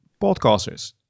podcasters